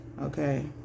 Okay